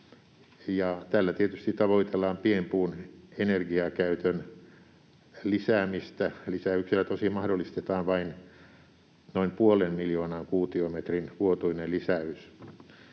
Tällä tietysti tavoitellaan pienpuun energiakäytön lisäämistä. Lisäyksellä tosin mahdollistetaan vain noin puolen miljoonan kuutiometrin vuotuinen lisäys.